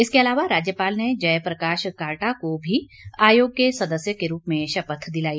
इसके अलावा राज्यपाल ने जय प्रकाश काल्टा को भी आयोग के सदस्य के रूप में शपथ दिलाई